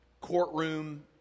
courtroom